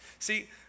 See